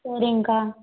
சரிங்க்கா